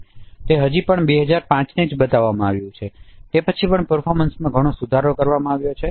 તે હજી પણ 2005 ને જ બતાવવામાં આવ્યું છે તે પછી પણ પર્ફોમન્સમાં ઘણો સુધારો કરવામાં આવ્યો છે